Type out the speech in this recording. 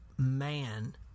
Man